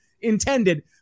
intended